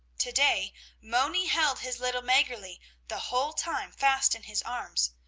to-day moni held his little maggerli the whole time fast in his arms,